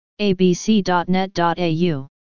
abc.net.au